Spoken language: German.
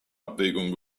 abwägung